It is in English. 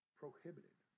prohibited